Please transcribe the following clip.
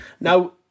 Now